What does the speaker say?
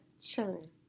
Chilling